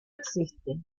existe